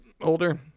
older